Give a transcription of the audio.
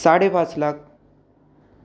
साडेपाच लाख